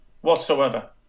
whatsoever